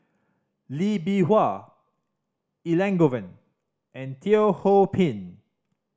Lee Bee Wah Elangovan and Teo Ho Pin